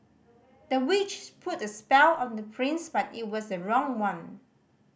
the witch put a spell on the prince but it was the wrong one